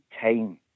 time